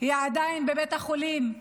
היא עדיין בבית החולים,